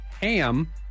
Ham